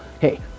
hey